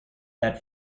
that